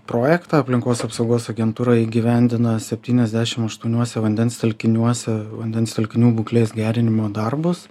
projektą aplinkos apsaugos agentūra įgyvendina septyniasdešim aštuoniuose vandens telkiniuose vandens telkinių būklės gerinimo darbus